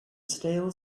stale